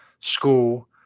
school